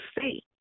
see